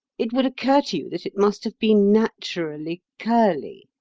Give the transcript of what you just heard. it would occur to you that it must have been naturally curly.